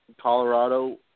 Colorado